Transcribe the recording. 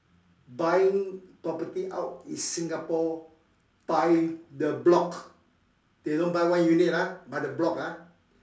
buying property out in Singapore by the block they don't buy one unit ah by the block ah